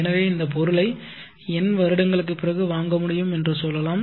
எனவே இந்த பொருளை n வருடங்களுக்குப் பிறகு வாங்க முடியும் என்று சொல்லலாம்